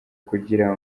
kugira